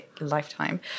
lifetime